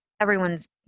everyone's